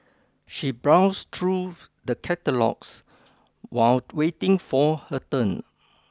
she browsed through the catalogues while waiting for her turn